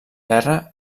guerra